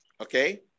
Okay